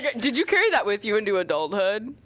yeah did you carry that with you into adulthood?